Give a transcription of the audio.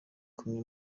kumwe